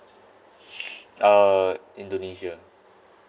uh indonesia